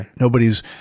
Nobody's